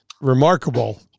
remarkable